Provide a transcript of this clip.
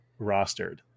rostered